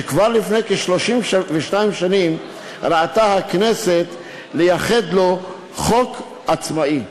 שכבר לפני 32 שנים ראתה לנכון הכנסת לייחד לו חוק עצמאי.